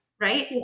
Right